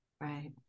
Right